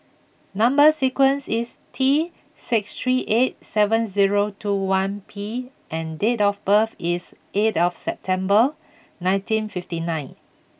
number sequence is T six three eight seven zero two one P and date of birth is eighth September nineteen fifty nine